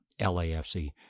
LAFC